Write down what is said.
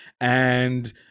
And-